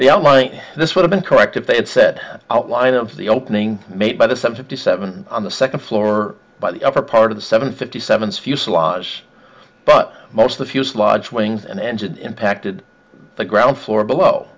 the on line this would have been correct if they had said outline of the opening made but it's up to seven on the second floor by the upper part of the seven fifty seven fuselage but most of the fuselage wings and engines impacted the ground floor below